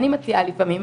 אני מציעה לפעמים,